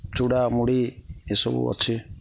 ଚୁଡ଼ା ମୁୁଡ଼ି ଏସବୁ ଅଛି